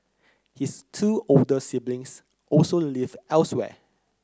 his two older siblings also live elsewhere